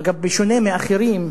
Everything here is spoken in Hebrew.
אגב, בשונה מאחרים,